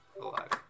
alive